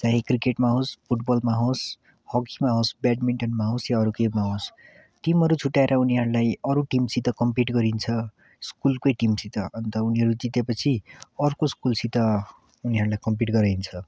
चाहे क्रिकेटमा होस् फुटबलमा होस् हकीमा होस् ब्यादमिन्टनमा होस् या अरू केहीमा होस् टिमहरू छुट्ट्याएर उनीहरूलाई अरू टिमसित कम्पिट गरिन्छ स्कुलकै टिमसित अन्त उनीहरू जितेपछि अर्को स्कुलसित उनीहरूलाई कम्पिट गराइन्छ